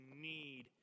need